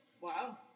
Wow